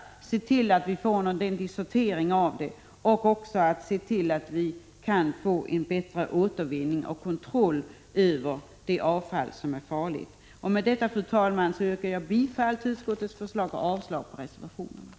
Vi måste se till att vi får en bättre sortering, en bättre återvinning samt kontroll över det farliga avfallet. Fru talman! Med detta yrkar jag bifall till utskottets förslag och avslag på reservationerna.